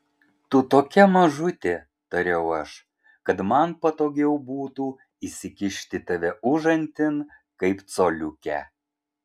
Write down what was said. tu tokia mažutė tariau aš kad man patogiau būtų įsikišti tave užantin kaip coliukę